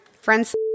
friends